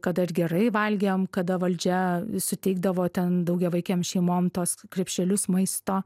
kada ir gerai valgėm kada valdžia suteikdavo ten daugiavaikėm šeimom tuos krepšelius maisto